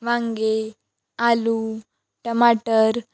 वांगे आलू टमाटर